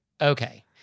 okay